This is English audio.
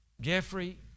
Jeffrey